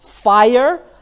fire